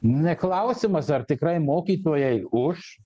na klausimas ar tikrai mokytojai už